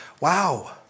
wow